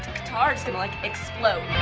guitar's gonna like explode.